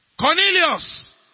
Cornelius